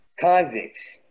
convicts